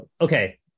okay